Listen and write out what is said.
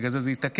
בגלל זה זה התעכב,